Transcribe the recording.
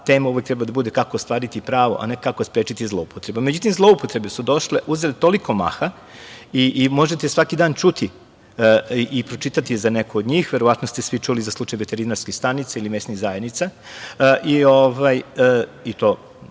tema uvek treba da bude kako ostvariti pravo, a ne kako sprečiti zloupotrebe.Međutim, zloupotrebe su došle, uzele toliko maha i možete svaki dan čuti i pročitati za neku od njih. Verovatno ste svi čuli za slučaj veterinarske stanice ili mesnih zajednica, i to,